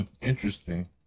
Interesting